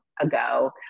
ago